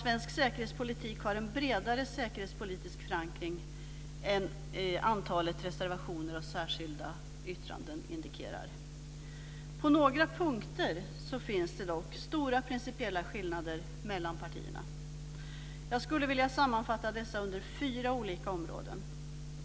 Svensk säkerhetspolitik har en bredare säkerhetspolitisk förankring än vad antalet reservationer och särskilda yttranden indikerar. På några punkter finns det dock stora principiella skillnader mellan partierna. Jag skulle vilja sammanfatta dessa under fyra olika områden.